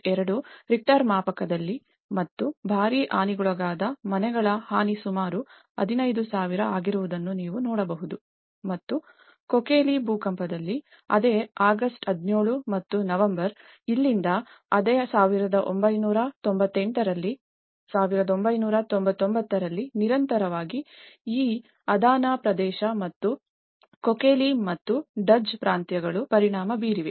2 Richter ಮಾಪಕದಲ್ಲಿ ಮತ್ತು ಭಾರೀ ಹಾನಿಗೊಳಗಾದ ಮನೆಗಳ ಹಾನಿ ಸುಮಾರು 15000 ಆಗಿರುವುದನ್ನು ನೀವು ನೋಡಬಹುದು ಮತ್ತು ಕೊಕೇಲಿ ಭೂಕಂಪದಲ್ಲಿ ಅದೇ ಆಗಸ್ಟ್ 17 ಮತ್ತು ನವೆಂಬರ್ ಇಲ್ಲಿಂದ ಅದೇ 1998 ರಲ್ಲಿ 1999 ರಲ್ಲಿ ನಿರಂತರವಾಗಿ ಈ ಅದಾನ ಪ್ರದೇಶ ಮತ್ತು ಕೊಕೇಲಿ ಮತ್ತು ಡಜ್ ಪ್ರಾಂತ್ಯಗಳು ಪರಿಣಾಮ ಬೀರಿವೆ